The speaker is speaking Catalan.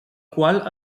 qual